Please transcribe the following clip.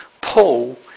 Paul